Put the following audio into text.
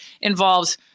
involves